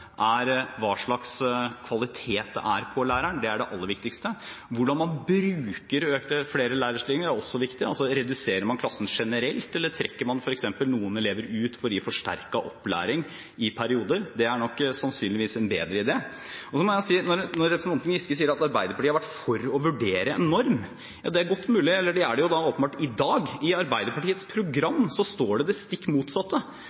er hva slags kvalitet læreren har. Det er det aller viktigste. Hvordan man bruker flere lærerstillinger, er også viktig. Reduserer man antallet elever i klassen generelt, eller trekker man f.eks. noen elever ut for å gi forsterket opplæring i perioder? Det er nok sannsynligvis en bedre idé. Representanten Giske sier at Arbeiderpartiet har vært for å vurdere en norm. Det er godt mulig, de er det åpenbart i dag – i Arbeiderpartiets program står det det stikk motsatte!